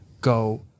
go